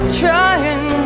trying